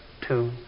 two